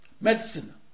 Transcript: medicine